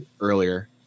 earlier